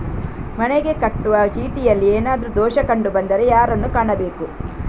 ಮನೆಗೆ ಕಟ್ಟುವ ಚೀಟಿಯಲ್ಲಿ ಏನಾದ್ರು ದೋಷ ಕಂಡು ಬಂದರೆ ಯಾರನ್ನು ಕಾಣಬೇಕು?